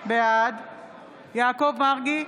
בעד יעקב מרגי,